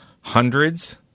hundreds